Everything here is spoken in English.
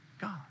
God